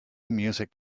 music